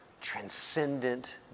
transcendent